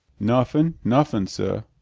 nuffin, nuffin, sah!